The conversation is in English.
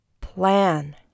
plan